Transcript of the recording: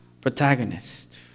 protagonist